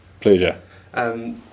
Pleasure